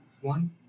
one